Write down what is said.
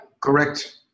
correct